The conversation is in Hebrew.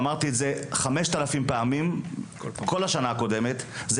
ואמרתי את זה 5,000 פעמים בכל השנה הקודמת,